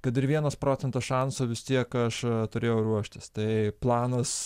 kad ir vienas procentas šanso vis tiek aš a turėjau ruoštis tai planas